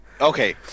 Okay